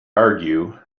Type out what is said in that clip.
argue